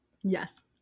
Yes